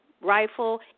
rifle